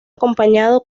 acompañado